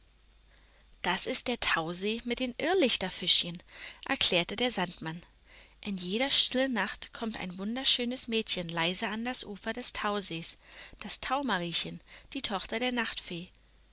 das ist der tausee mit den irrlichterfischchen erklärte der sandmann in jeder stillen nacht kommt ein wunderschönes mädchen leise an das ufer des tausees das taumariechen die tochter der